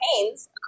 campaigns